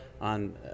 on